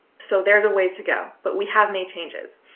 so there's a ways to go, but we have made changes.